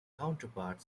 counterpart